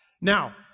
Now